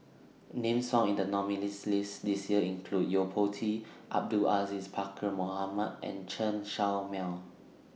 Names found in The nominees' list This Year include Yo Po Tee Abdul Aziz Pakkeer Mohamed and Chen Show Mao